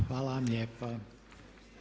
Hvala vam lijepa.